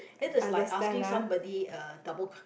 it is like asking somebody uh double con~